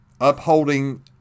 upholding